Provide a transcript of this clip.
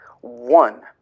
One